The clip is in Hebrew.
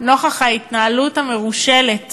נוכח ההתנהלות המרושלת